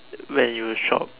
when you shop